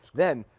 then,